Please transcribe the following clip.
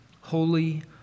holy